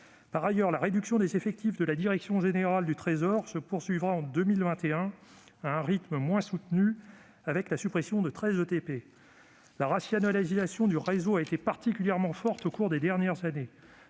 l'innovation. La réduction des effectifs de la direction générale du Trésor se poursuivra en 2021 à un rythme moins soutenu qu'auparavant, avec la suppression de 13 ETP. La rationalisation du réseau a été particulièrement forte au cours des dernières années,